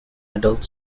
adult